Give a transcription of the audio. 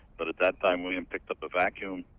but at that time william picked up a vacuum,